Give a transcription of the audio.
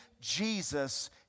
Jesus